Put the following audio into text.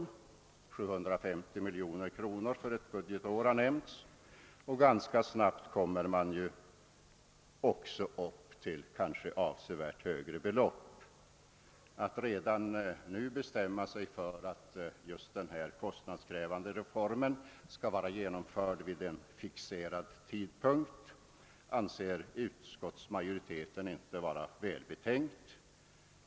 Beloppet 750 miljoner för ett budgetår har nämnts, och ganska snabbt blir det kanske fråga om avsevärt högre belopp. Att redan nu binda sig för att denna kostnadskrävande reform skall vara genomförd vid en fixerad tidpunkt anser utskottsmajoriteten inte vara välbetänkt.